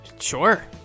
sure